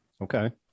okay